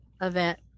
event